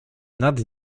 nad